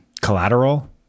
Collateral